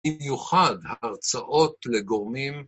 במיוחד ההרצאות לגורמים